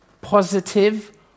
positive